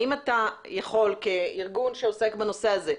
האם אתה יכול כארגון שעוסק בנושא הזה,